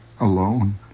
alone